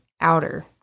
Outer